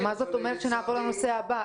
מה זאת אומרת שנעבור לנושא הבא?